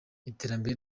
iterambere